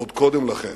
עוד קודם לכן,